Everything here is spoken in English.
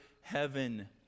heaven